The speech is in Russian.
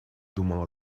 думал